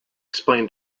explain